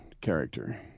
Character